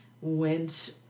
Went